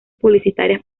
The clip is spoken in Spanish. publicitarias